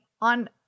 on